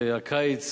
שהקיץ